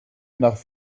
nach